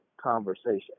conversation